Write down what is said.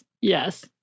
yes